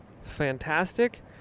Fantastic